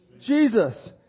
Jesus